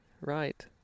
right